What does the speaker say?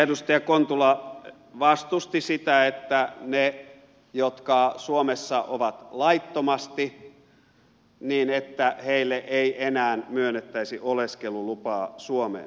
edustaja kontula vastusti sitä että heille jotka suomessa ovat laittomasti ei enää myönnettäisi oleskelulupaa suomeen